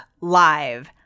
live